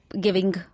giving